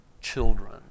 children